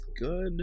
good